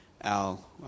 Al